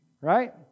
Right